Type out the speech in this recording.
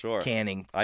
canning